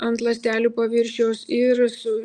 ant ląstelių paviršiaus ir su